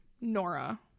Nora